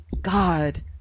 god